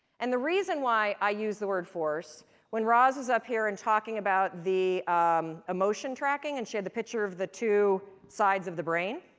and the reason why i use the word force when roz was up here and talking about the emotion tracking, and she had the picture of two sides of the brain